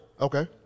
Okay